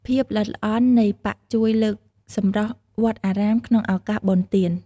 ភាពល្អិតល្អន់នៃការប៉ាក់ជួយលើកសម្រស់វត្តអារាមក្នុងឱកាសបុណ្យទាន។